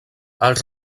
els